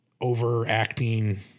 overacting